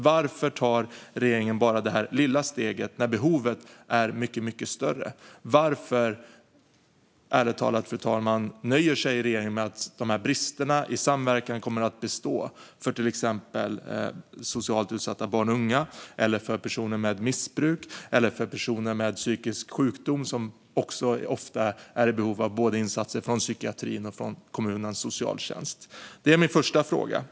Varför tar regeringen bara det här lilla steget när behovet är mycket, mycket större? Ärligt talat, fru talman, undrar jag varför regeringen nöjer sig med att bristerna i samverkan kommer att bestå för till exempel socialt utsatta barn och unga, för personer med missbruk eller för personer med psykisk sjukdom. De är ju ofta i behov av insatser både från psykiatrin och från kommunens socialtjänst. Det är min första fråga.